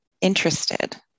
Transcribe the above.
interested